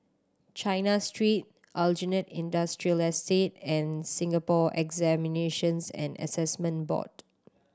China Street Aljunied Industrial Estate and Singapore Examinations and Assessment Board